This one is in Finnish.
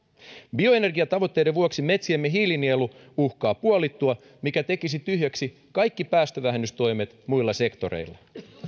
bioenergiatavoitteiden vuoksi metsiemme hiilinielu uhkaa puolittua mikä tekisi tyhjäksi kaikki päästövähennystoimet muilla sektoreilla